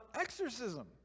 exorcism